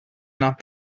not